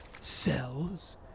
Cells